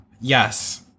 Yes